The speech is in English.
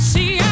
See